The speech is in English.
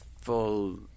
full